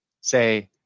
Say